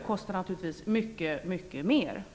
kostar naturligtvis mycket mer att bygga motorvägar i storstadsmiljö.